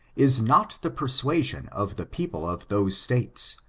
is not the persuasion of the people of those states,